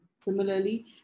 Similarly